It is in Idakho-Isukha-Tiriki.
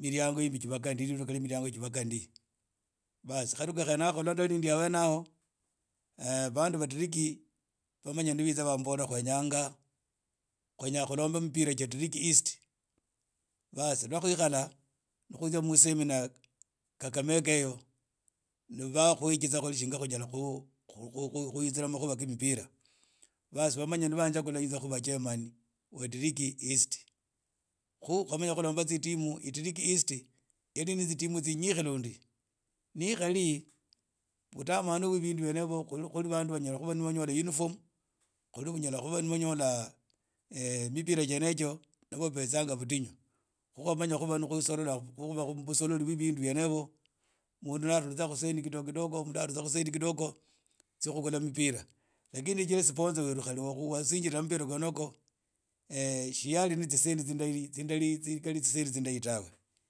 mriango himbe miriiango jibakha ndi baas khadukha lwa ni ndi ahene aho bandu ba tiriki bitsa bambola khwenyanga khulombe mipira ja tiriki east lwa khikhala ni khutya mu semina kakamega eyo bakhwgitsa shinga khunyala khu khwitsira makhuwa khe mipira baas bamanya banjagura khuba chairman wa tiriki east khu khwamanya khuromba tsitimu tiriki east eri ne tsitimu tsinyikhe lundi nikhari budamanu byo bindu byene yibyo ni khuli bandu banyala khuba ni banyola tsi uniform khuli ni banyala khuba ni banyola mipira chene echo nib wo bubenzanga budinyu khu khwamanya ni khuba khusolola khusolola busololi bwe bindu byene hibyo mundu narhwitsa jhu tsisendi kidogo kidogo tsyo khukhula mipira lakini tsya sponsor weru wasinnjira mipira jene yijo tsiyali na tsisendi tsinga- tsindahi tawe